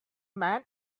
man